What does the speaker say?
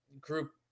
group